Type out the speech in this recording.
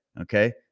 okay